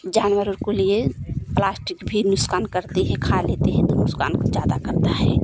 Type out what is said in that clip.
जानवरों को लिए प्लास्टिक भी नुकसान करती है खा लेते हैं तो नुकसान ज़्यादा करता है